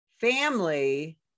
family